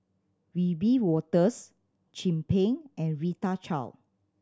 Wiebe Wolters Chin Peng and Rita Chao